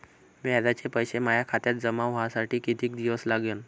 व्याजाचे पैसे माया खात्यात जमा व्हासाठी कितीक दिवस लागन?